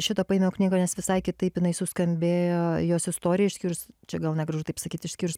šitą paėmiau knygą nes visai kitaip jinai suskambėjo jos istorija išskyrus čia gal negražu taip sakyt išskyrus